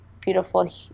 beautiful